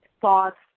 thoughts